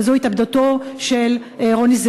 וזו התאבדותו של רוניס,